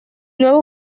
nuevo